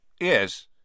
Yes